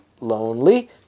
lonely